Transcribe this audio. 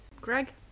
Greg